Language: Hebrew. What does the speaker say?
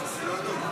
שלוש דקות לרשותך.